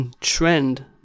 trend